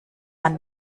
man